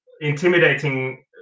intimidating